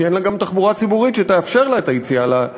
כי אין לה גם תחבורה ציבורית שתאפשר לה את היציאה לעבודה.